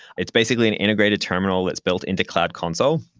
it's basically an integrated terminal that's built into cloud console.